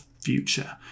future